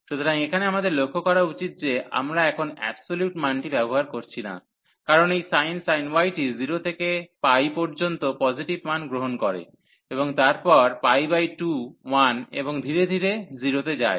সুতরাং এখানে আমাদের লক্ষ্য করা উচিত যে আমরা এখন অ্যাবসোলিউট মানটি ব্যবহার করছি না কারণ এই sin y টি 0 থেকে π পর্যন্ত পজিটিভ মান গ্রহণ করে এবং তারপর 2 1 এবং ধীরে ধীরে 0 তে যায়